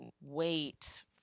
wait